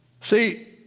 See